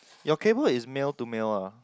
your cable is male to male ah